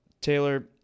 Taylor